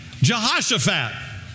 Jehoshaphat